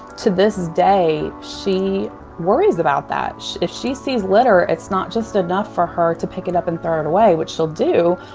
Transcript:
to this day, she worries about that. if she sees litter, it's not just enough for her to pick it up and throw it away, which she'll do,